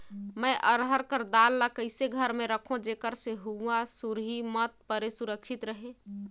मैं अरहर कर दाल ला कइसे घर मे रखों जेकर से हुंआ सुरही मत परे सुरक्षित रहे?